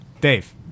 Dave